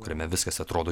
kuriame viskas atrodo